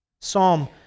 Psalm